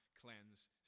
cleanse